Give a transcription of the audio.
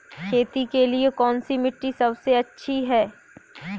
खेती के लिए कौन सी मिट्टी सबसे अच्छी है?